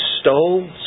stole